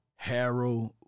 Harold